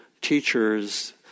teachers